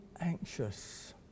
anxious